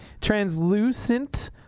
translucent